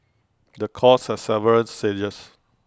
the course has several stages